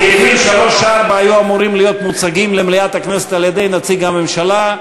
סעיפים 3 ו-4 היו אמורים להיות מוצגים למליאת הכנסת על-ידי נציג הממשלה.